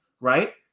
right